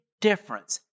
difference